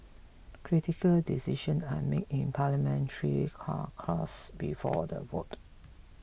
critical decisions are made in Parliamentary caucus before the vote